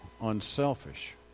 unselfish